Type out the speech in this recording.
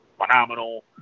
phenomenal